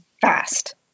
fast